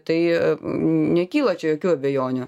tai nekyla čia jokių abejonių